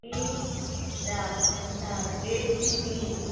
ती राव सांगता एट सी ती